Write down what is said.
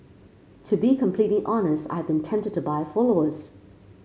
to be completely honest I have been tempted to buy followers